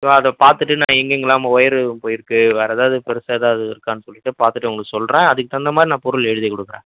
so அதை பார்த்துட்டு நான் எங்கெங்கல்லாமும் ஒயரு போயிருக்கு வேறு ஏதாவது பெருசாக ஏதாவது இருக்கான்னு சொல்லிவிட்டு பார்த்துட்டு உங்களுக்கு சொல்லுறேன் அதற்கு தகுந்தமாதிரி நான் பொருள் எழுதி கொடுக்குறேன்